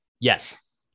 yes